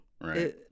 right